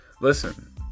Listen